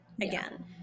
again